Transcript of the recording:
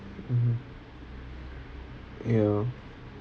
um ya